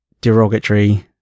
derogatory